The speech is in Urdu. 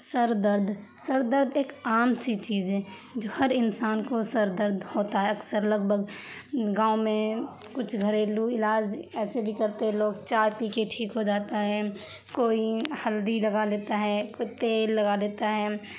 سر درد سر درد ایک عام سی چیز ہے جو ہر انسان کو سر درد ہوتا ہے اکثر لگ بھگ گاؤں میں کچھ گھریلو علاج ایسے بھی کرتے ہیں لوگ چائے پی کے ٹھیک ہو جاتا ہے کوئی ہلدی لگا لیتا ہے کوئی تیل لگا لیتا ہے